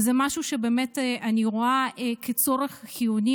זה משהו שאני רואה כצורך חיוני,